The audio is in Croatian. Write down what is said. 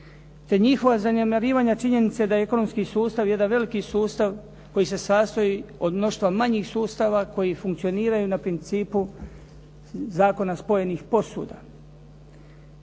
te njihova zanemarivanja činjenice da je ekonomski sustav jedan veliki sustav koji se sastoji od mnoštva manjih sustava koji funkcioniraju na principu zakona spojenih posvuda.